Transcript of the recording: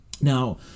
Now